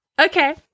Okay